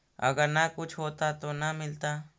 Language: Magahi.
अगर न कुछ होता तो न मिलता?